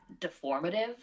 deformative